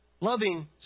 Loving